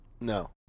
No